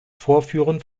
vorführen